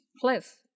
cliff